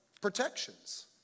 protections